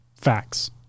facts